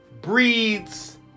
breeds